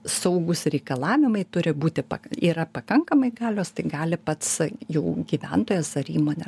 saugūs reikalavimai turi būti pa yra pakankamai galios tai gali pats jau gyventojas ar įmonė